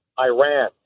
iran